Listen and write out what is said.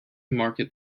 market